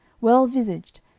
well-visaged